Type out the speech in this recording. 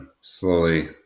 slowly